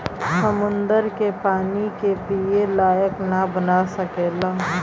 समुन्दर के पानी के पिए लायक ना बना सकेला